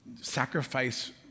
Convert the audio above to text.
sacrifice